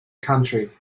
country